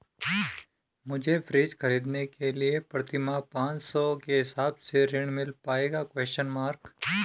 मुझे फ्रीज खरीदने के लिए प्रति माह पाँच सौ के हिसाब से ऋण मिल पाएगा?